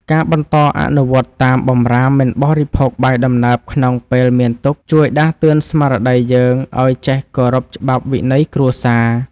ការបន្តអនុវត្តតាមបម្រាមមិនបរិភោគបាយដំណើបក្នុងពេលមានទុក្ខជួយដាស់តឿនស្មារតីយើងឱ្យចេះគោរពច្បាប់វិន័យគ្រួសារ។